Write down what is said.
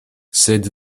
sed